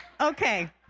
Okay